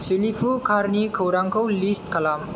सोलिफु कारनि खौरांखौ लिस्ट खालाम